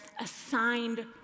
assigned